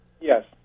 Yes